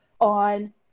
On